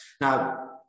Now